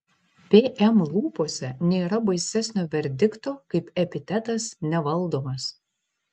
pm lūpose nėra baisesnio verdikto kaip epitetas nevaldomas